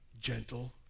gentle